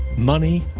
money,